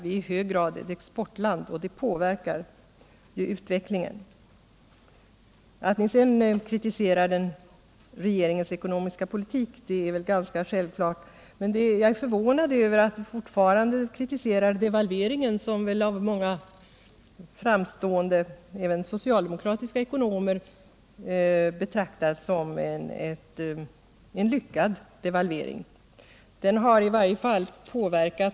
Sverige är ett exportland, och det påverkar ju utvecklingen. Att ni sedan kritiserar regeringens ekonomiska politik är förståeligt men jag är förvånad över att ni fortfarande kritiserar devalveringen, som av många framstående ekonomer, även socialdemokratiska, betraktas som lyckad.